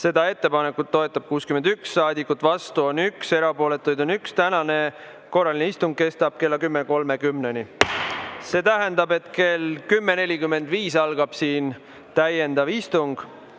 Seda ettepanekut toetab 61 saadikut, vastu on 1, erapooletuid on 1. Tänane korraline istung kestab kella 10.30‑ni. See tähendab, et kell 10.45 algab siin täiendav istung,